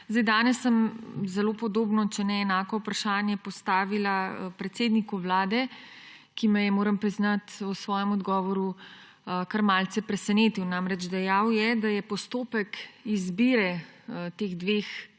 marca. Danes sem zelo podobno, če ne enako vprašanje, postavila predsedniku Vlade, ki me je, moram priznati, v svojem odgovoru kar malce presenetil. Namreč, dejal je, da je postopek izbire teh dveh